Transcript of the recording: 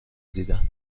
دیدن